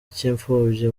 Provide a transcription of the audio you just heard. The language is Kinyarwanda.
cy’imfubyi